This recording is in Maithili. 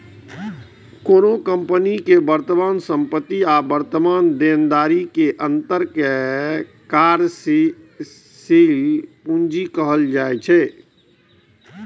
कोनो कंपनी के वर्तमान संपत्ति आ वर्तमान देनदारी के अंतर कें कार्यशील पूंजी कहल जाइ छै